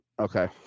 okay